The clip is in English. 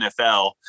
NFL